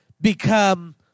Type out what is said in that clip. become